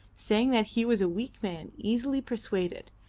saying that he was a weak man easily persuaded,